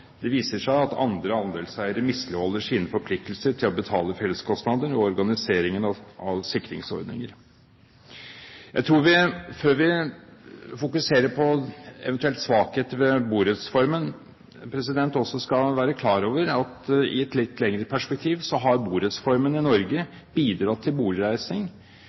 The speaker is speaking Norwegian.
det viser seg at andre andelseiere misligholder sine forpliktelser til å betale felleskostnader, og organiseringen av sikringsordninger. Jeg tror, før vi fokuserer på eventuelle svakheter ved borettsformen, at vi også skal være klar over at i et litt lengre perspektiv har borettsformen i Norge bidratt til boligreising.